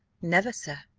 never, sir.